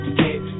get